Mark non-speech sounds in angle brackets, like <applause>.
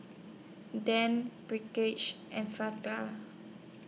Dean <unintelligible> and <unintelligible>